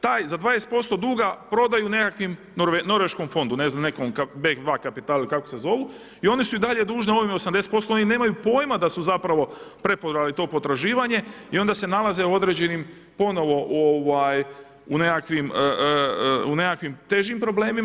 Taj za 20% duga prodaju nekakvim, norveškom fondu, ne znam, nekom B2 kapitalu ili kako se zovu i oni su i dalje dužni ovim 80%, oni nemaju pojma da su zapravo preprodali to potraživanje i onda se nalaze u određenim, ponovno u nekakvim težim problemima.